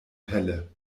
pelle